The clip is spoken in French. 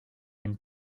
une